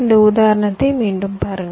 இந்த உதாரணத்தை மீண்டும் பாருங்கள்